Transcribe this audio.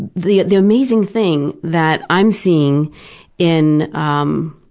the the amazing thing that i'm seeing in, um